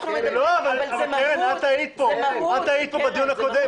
את היית פה בדיון הקודם.